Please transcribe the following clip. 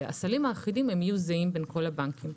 הסלים האחידים יהיו זהים בין כל הבנקים.